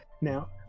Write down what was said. Now